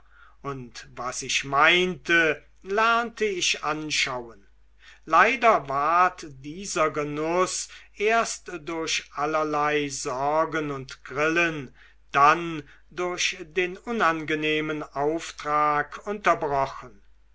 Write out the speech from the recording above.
und was ich meinte lernte ich anschauen leider ward dieser genuß erst durch allerlei sorgen und grillen dann durch den unangenehmen auftrag unterbrochen